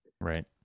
Right